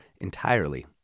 entirely